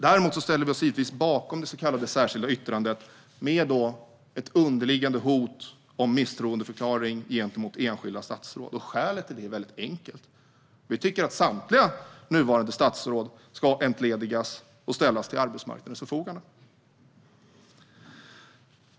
Däremot ställde vi oss givetvis bakom det så kallade särskilda yttrandet som har ett underliggande hot om misstroendeförklaring mot enskilda statsråd. Skälet till detta är väldigt enkelt: Vi tycker att samtliga nuvarande statsråd ska entledigas och ställas till arbetsmarknadens förfogande.